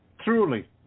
truly